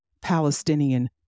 Palestinian